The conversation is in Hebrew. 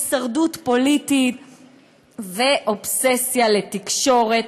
הישרדות פוליטית ואובססיה לתקשורת,